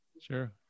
Sure